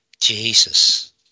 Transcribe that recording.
Jesus